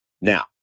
Now